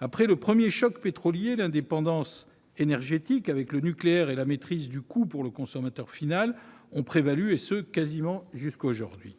Après le premier choc pétrolier, l'indépendance énergétique, avec le nucléaire, et la maîtrise du coût pour le consommateur final ont prévalu, et ce quasiment jusqu'à aujourd'hui.